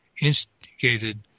instigated